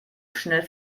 schnell